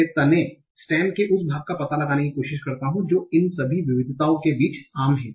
मैं तने के उस भाग का पता लगाने की कोशिश करता हूं जो इन सभी विविधताओं के बीच आम है